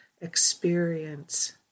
experience